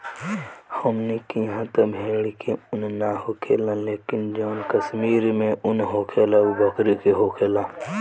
हमनी किहा त भेड़ के उन ना होखेला लेकिन जवन कश्मीर में उन होखेला उ बकरी के होखेला